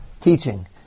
teaching